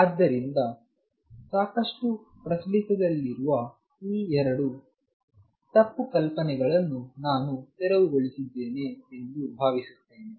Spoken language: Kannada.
ಆದ್ದರಿಂದ ಸಾಕಷ್ಟು ಪ್ರಚಲಿತದಲ್ಲಿರುವ ಈ 2 ತಪ್ಪು ಕಲ್ಪನೆಗಳನ್ನು ನಾನು ತೆರವುಗೊಳಿಸಿದ್ದೇನೆ ಎಂದು ಭಾವಿಸುತ್ತೇನೆ